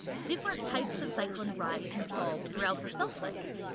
different types of cyclin rise and fall throughout the cell cycle,